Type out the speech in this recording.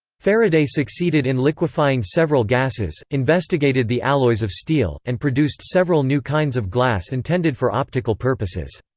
faraday succeeded in liquefying several gases, investigated the alloys of steel, and produced several new kinds of glass intended for optical purposes.